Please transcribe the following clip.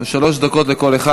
שלוש דקות לכל אחד.